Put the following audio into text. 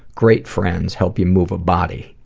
great friends help you move a body.